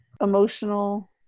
emotional